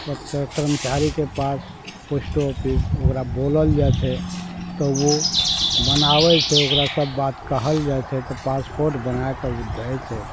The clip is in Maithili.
ओतय कर्मचारीके पास पोस्ट ऑफिस ओकरा बोलल जाइ छै तऽ उ बनाबय छै ओकरा सब बात कहल जाइ छै तऽ पासपोर्ट बनाय कऽ उ दै छै